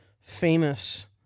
famous